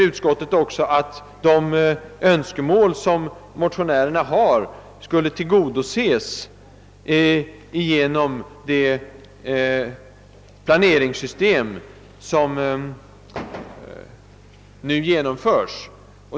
Utskottet hävdar vidare att motionärernas önskemål skulle tillgodoses genom det planeringssystem som nu genomförs.